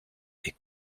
des